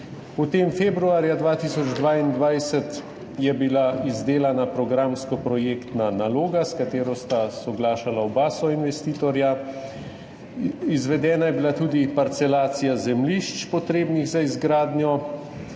februarja 2022 je bila izdelana programsko-projektna naloga, s katero sta soglašala oba soinvestitorja. Izvedena je bila tudi parcelacija zemljišč, potrebnih za izgradnjo.